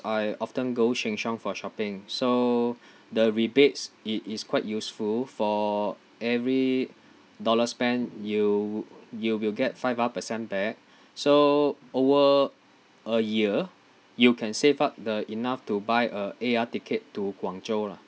I often go sheng siong for shopping so the rebates it is quite useful for every dollar spent you you will get five uh percent back so over a year you can save up the enough to buy a air ticket to guangzhou lah